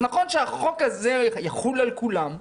אז נכון שהחוק הזה יחול על כולם,